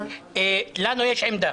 לנו יש עמדה.